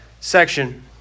section